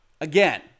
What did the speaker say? again